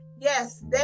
Yes